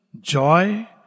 joy